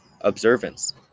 observance